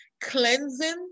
cleansing